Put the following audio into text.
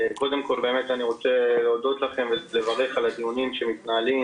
קודם כל אני רוצה להודות לכם ולברך על הדיונים שמתנהלים